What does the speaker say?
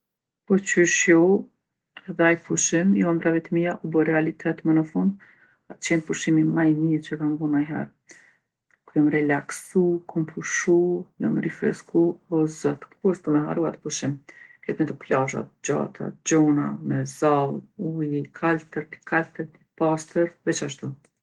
Po qysh jo, edhe ai pushim i ondrrave t'mija u bo realitet më në fund. Ka qenë pushimi ma i mirë që e kam bo najher. Ku jom relaksu, kom pushu, jom rifresku o zot, kurrë s'du me harru atë pushim. Krejtë me do plazha t'gjata, t'gjona, me zallë, uji i kaltërt, i kaltërt i pastërt veç ashtu.